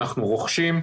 אנחנו רוכשים,